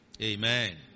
Amen